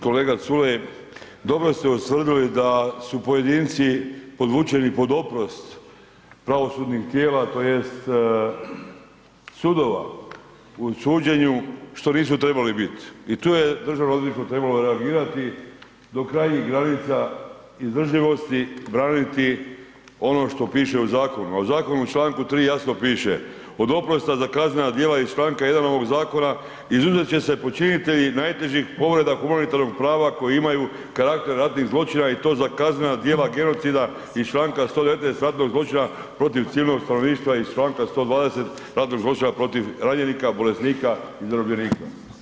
Kolega Culej dobro ste ustvrdili da su pojedinci podvučeni pod oprost pravosudnih tijela to jest sudova u suđenju što nisu trebali bit, i tu je Državno odvjetništvo trebalo reagirati do krajnjih granica izdržljivosti, braniti ono što piše u Zakonu, a u Zakonu u članku 3., jasno piše: “Od oprosta za kaznena djela iz članka 1. ovog Zakona izuzet će se počinitelji najtežih povreda humanitarnog prava koje imaju karakter ratnih zločina i to za kaznena djela genocida iz članka 119. ratnog zločina protiv civilnog stanovništva iz članka 120. ratnog zločina protiv ranjenika, bolesnika i zarobljenika“